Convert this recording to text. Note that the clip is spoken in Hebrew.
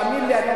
תאמין לי,